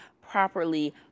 properly